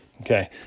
Okay